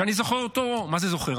שאני זוכר אותו, מה זה זוכר?